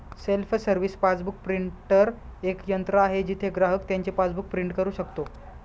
self service passbook printer एक यंत्र आहे जिथे ग्राहक त्याचे पासबुक प्रिंट करू शकतो